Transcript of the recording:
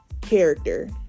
character